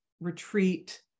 retreat